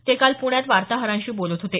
ते काल पुण्यात वार्ताहरांशी बोलत होते